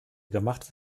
gemacht